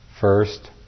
first